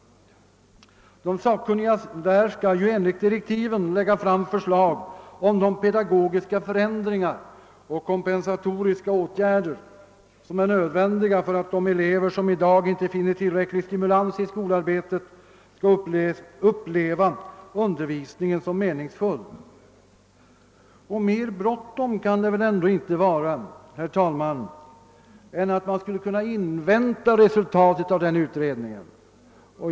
De sakkunniga skall ju enligt direktiven lägga fram förslag om »de pedagogiska förändringar och kompensatoriska åtgärder» som är nödvändiga för att de elever, som i dag inte finner tillräcklig stimulans i skolarbetet, skall uppleva undervisningen som meningsfull. Mer bråttom kan det väl inte vara, herr talman, än att man skulle kunna invänta resultatet av den utredningen.